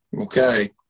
okay